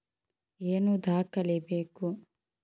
ಏನು ದಾಖಲೆ ಬೇಕು?